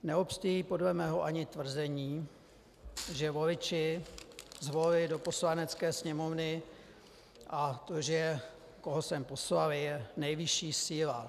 Neobstojí podle mého ani tvrzení, že voliči zvolili do Poslanecké sněmovny a to, že koho sem poslali, je nejvyšší síla.